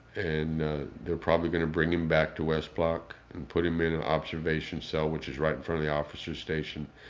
and they're probably going to bring him back to west block and put him in an observation cell, which is right from the officer's station.